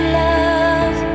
love